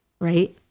right